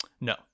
no